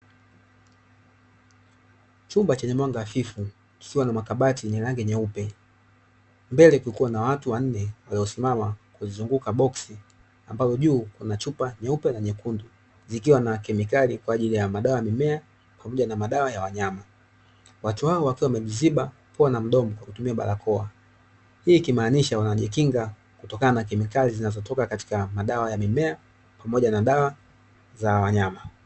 Chumba chenye mwanga hafifu kikiwa na makabati yenye rangi nyeupe mbele kukiwa na watu wanne waliosimama kuzunguka boksi ambalo juu kuna chupa nyeupe na nyekundu zikiwa na kemikali kwa ajili ya madawa ya mimea pamoja na madawa ya wanyama, watu hao wakiwa wamejiziba pua na mdomo kutumia barakoa , hii ikimaanisha wanajikinga kutokana na kemikali zinazotoka katika madawa ya mimea pamoja na dawa za wanyama.